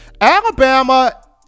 Alabama